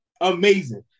Amazing